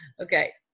Okay